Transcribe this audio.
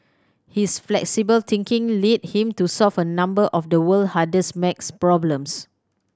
his flexible thinking led him to solve a number of the world hardest maths problems